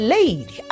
Lady